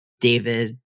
David